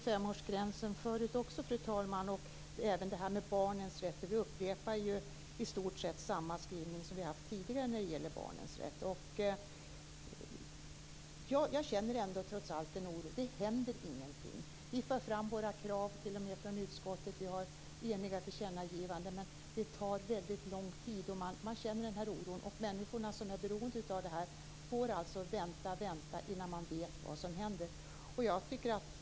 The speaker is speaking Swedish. Fru talman! Vi har haft frågan om 65-årsgränsen och barnens rätt förut. Vi upprepar i stort sett samma skrivning som vi har haft tidigare. Jag känner trots allt en oro. Det händer ingenting. Vi för fram våra krav från utskottet. Vi har eniga tillkännagivanden. Det tar tid, och jag känner denna oro. Dessa människor som är beroende av dessa frågor får vänta och vänta innan de vet vad som händer.